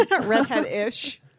Redhead-ish